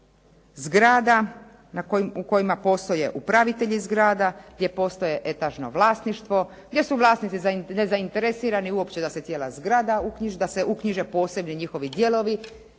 zgrada u kojima postoje upravitelji zgrada, gdje postoji etažno vlasništvo, gdje su vlasnici nezainteresirani uopće da se cijela zgrada uknjiži, da se uknjiže posebni njihovi dijelovi,